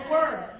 Word